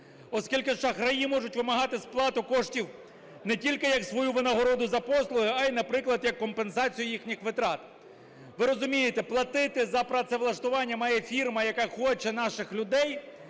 оскільки шахраї можуть вимагати сплату коштів не тільки як свою винагороду за послуги, а й, наприклад, як компенсацію їхніх витрат. Ви розумієте, платити за працевлаштування має фірма, яка хоче наших людей